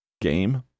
Game